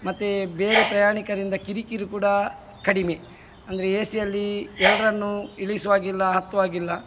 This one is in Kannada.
ಮತ್ತು ಬೇರೆ ಪ್ರಯಾಣಿಕರಿಂದ ಕಿರಿಕಿರಿ ಕೂಡ ಕಡಿಮೆ ಅಂದರೆ ಎ ಸಿಯಲ್ಲಿ ಎಲ್ಲರನ್ನೂ ಇಳಿಸುವಾಗಿಲ್ಲ ಹತ್ತುವಾಗಿಲ್ಲ